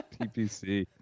TPC